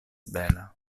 bela